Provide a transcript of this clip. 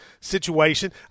situation